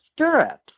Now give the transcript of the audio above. stirrups